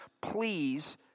please